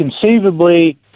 conceivably